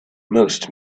most